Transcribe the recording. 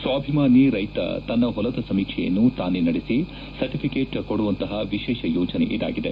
ಸ್ನಾಭಿಮಾನಿ ರೈತ ತನ್ನ ಹೊಲದ ಸಮೀಕ್ಷೆಯನ್ನು ತಾನೇ ನಡೆಸಿ ಸರ್ಟಿಫಿಕೇಟ್ ಕೊಡುವಂತಹ ವಿಶೇಷ ಯೋಜನೆ ಇದಾಗಿದೆ